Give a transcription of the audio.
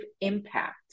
impact